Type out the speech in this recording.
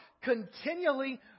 continually